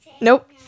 Nope